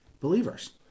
believers